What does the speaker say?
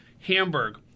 Hamburg